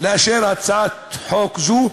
לאשר הצעת חוק זו,